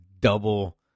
double